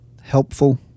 helpful